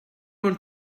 want